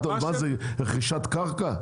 זאת רכישת קרקע?